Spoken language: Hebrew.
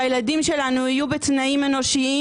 שהילדים שלנו יהיו בתנאים אנושיים.